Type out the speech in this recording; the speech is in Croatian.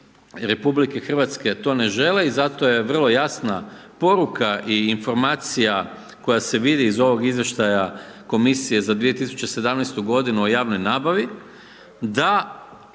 ne želim i građani RH to ne žele i zato je vrlo jasna poruka i informacija koja se vidi iz ovog izvještaja komisije za 2017.g. o javnoj nabavi da